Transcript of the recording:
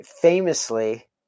famously